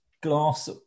glass